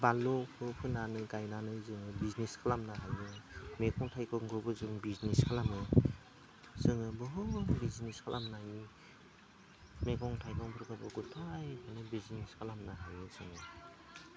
बानलुखौ फोनानै गायनानै जोङो बिजनेस खालामो आरो मैगं थाइगंखौबो जोङो बिजनेस खालामो जोङो बुहुत बिजनेस खालामनो हायो मेगं थाइगं बेफोरबायदि गोबां रोखोमनि बिजनेस खालामनो हायो जोङो